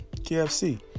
KFC